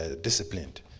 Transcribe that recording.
disciplined